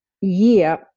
year